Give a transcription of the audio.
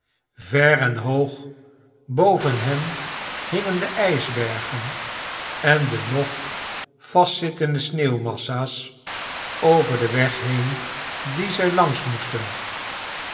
ver en hoog boven hen hingen de ijsbergen en de nog vastzittende sneeuwmassa's over den weg heen dien zij langs moeten